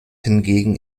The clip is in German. hingegen